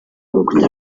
rukuta